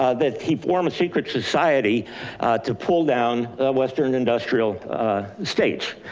ah that he formed a secret society to pull down a western industrial states.